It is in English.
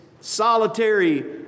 solitary